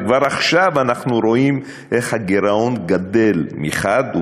וכבר עכשיו אנחנו רואים איך הגירעון גדל מחד גיסא,